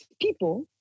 people